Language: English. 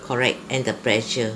correct and the pressure